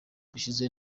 gushize